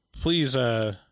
please –